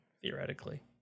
Theoretically